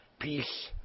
Peace